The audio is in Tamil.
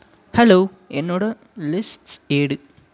ஹலோ என்னோட லிஸ்ட்ஸ் எடு